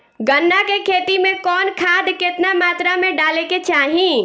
गन्ना के खेती में कवन खाद केतना मात्रा में डाले के चाही?